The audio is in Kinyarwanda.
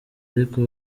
ariko